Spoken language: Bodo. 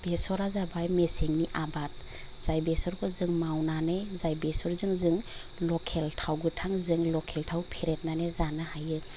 बेसरा जाबाय मेसेंनि आबाद जाय बेसरखौ जों मावनानै जाय बसरजों जों लकेल थाव गोथां जों लकेल थाव फेरेदनानै जानो हायो